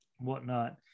whatnot